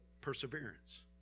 perseverance